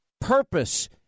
purpose